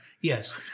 Yes